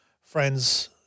friends